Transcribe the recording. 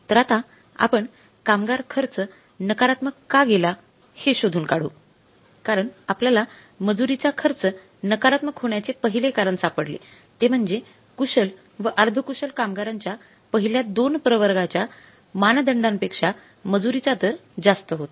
तर आता आपण कामगार खर्च नकारात्मक का गेलं हे शोधून काढू शकतो कारण आपल्याला मजुरीची खर्च नकारात्मक होण्याचे पहिले कारण सापडले ते म्हणजे कुशल व अर्धकुशल कामगारांच्या पहिल्या दोन प्रवर्गाच्या मानदंडांपेक्षा मजुरीचा दर जास्त होता